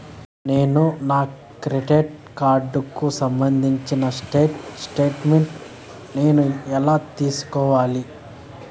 నేను నా క్రెడిట్ కార్డుకు సంబంధించిన స్టేట్ స్టేట్మెంట్ నేను ఎలా తీసుకోవాలి?